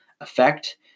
effect